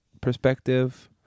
perspective